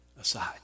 aside